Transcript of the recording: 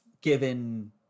given